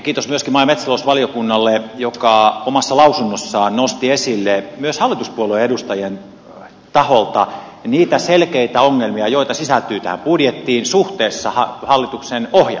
kiitos myöskin maa ja metsätalousvaliokunnalle joka omassa lausunnossaan nosti esille myös hallituspuolueen edustajien taholta niitä selkeitä ongelmia joita sisältyy tähän budjettiin suhteessa hallituksen ohjelmaan